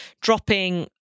dropping